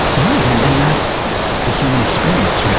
right! and and that's the human experience, right?